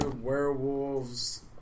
werewolves